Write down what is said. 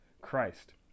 Christ